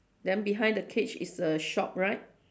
then behind the cage is a shop right